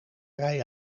rij